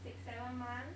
six seven months